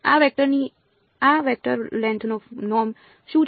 આ વેક્ટરની આ વેક્ટર લેંથ નો નૉર્મ શું છે